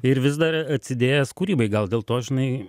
ir vis dar atsidėjęs kūrybai gal dėl to žinai